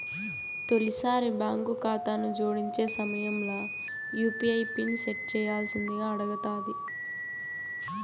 తొలిసారి బాంకు కాతాను జోడించే సమయంల యూ.పీ.ఐ పిన్ సెట్ చేయ్యాల్సిందింగా అడగతాది